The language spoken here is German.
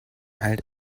halt